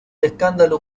escándalo